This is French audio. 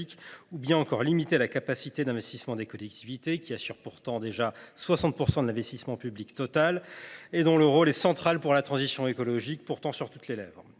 ou limiter toujours plus la capacité d’investissement des collectivités, qui assurent pourtant 60 % de l’investissement public total et dont le rôle est central pour la transition écologique qui est sur toutes les lèvres